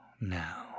Now